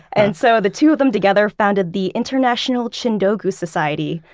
and so the two of them together founded the international chindogu society,